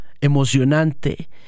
emocionante